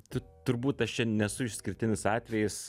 tu turbūt aš čia nesu išskirtinis atvejis